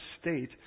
state